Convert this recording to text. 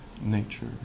nature